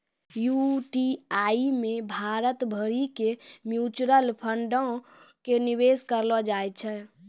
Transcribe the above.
UTI मे भारत भरि के म्यूचुअल फंडो के निवेश करलो जाय छै